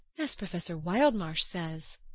as professor wildmarsh says!